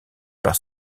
par